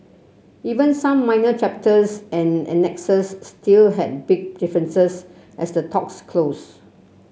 even some minor chapters and annexes still had big differences as the talks closed